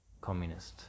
communist